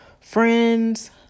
friends